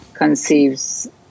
Conceives